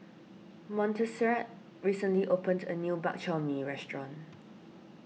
Montserrat recently opened a new Bak Chor Mee restaurant